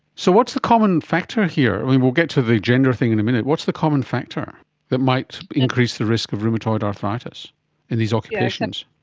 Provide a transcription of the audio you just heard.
so what's the common factor here? we'll get to the gender thing in a minute. what's the common factor that might increase the risk of rheumatoid arthritis in these occupations?